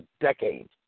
decades